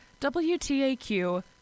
WTAQ